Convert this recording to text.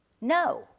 no